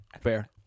Fair